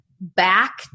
back